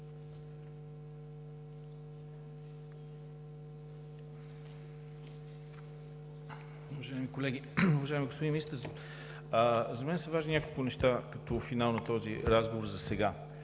Уважаеми колеги! Уважаеми господин Министър, за мен са важни няколко неща като финал на този разговор засега.